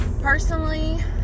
Personally